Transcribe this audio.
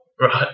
Right